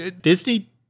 Disney